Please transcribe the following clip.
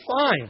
fine